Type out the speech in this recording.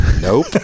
Nope